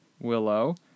Willow